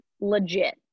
legit